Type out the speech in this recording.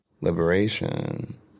Liberation